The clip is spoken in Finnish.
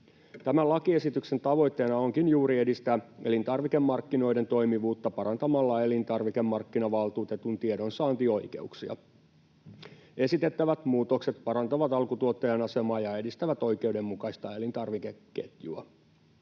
Tämän lakiesityksen tavoitteena onkin juuri edistää elintarvikemarkkinoiden toimivuutta parantamalla elintarvikemarkkinavaltuutetun tiedonsaantioikeuksia. Esitettävät muutokset parantavat alkutuottajan asemaa ja edistävät oikeudenmukaista elintarvikeketjua.